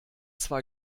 zwar